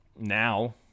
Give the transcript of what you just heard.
now